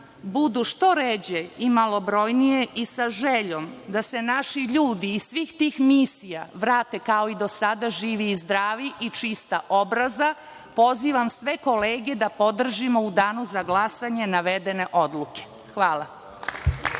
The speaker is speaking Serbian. budu što ređe i malobrojnije i sa željom da se naši ljudi iz svih tih misija vrate kao i do sada živi i zdravi i čista obraza, pozivam sve kolege da podržimo u danu za glasanje navedene odluke. Hvala.